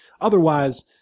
otherwise